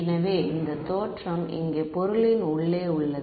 எனவே தோற்றம் இங்கே பொருளின் உள்ளே உள்ளது